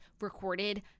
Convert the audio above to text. recorded